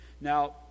Now